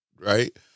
right